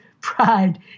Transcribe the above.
pride